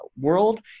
world